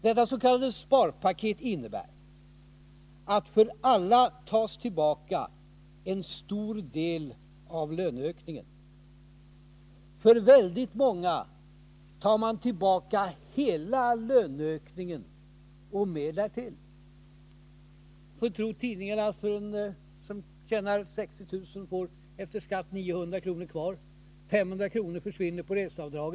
Detta s.k. sparpaket innebär att för alla tas tillbaka en stor del av löneökningen. För väldigt många tar man tillbaka hela löneökningen och mer därtill. Skall vi tro tidningarna, får den som tjänar 60 000 kr. efter skatt 900 kr. i löneökning. 500 kr. försvinner på grund av slopade reseavdrag.